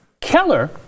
Keller